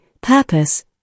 purpose